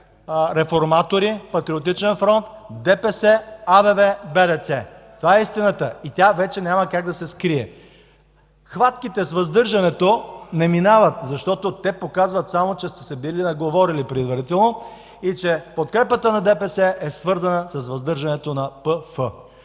реформатори, Патриотичен фронт, ДПС, АБВ, БДЦ. Това е истината и тя вече няма как да се скрие! Хватките с въздържането не минават, защото те само показват, че предварително сте се били наговорили и че подкрепата на ДПС е свързана с въздържането на ПФ.